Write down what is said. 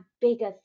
bigger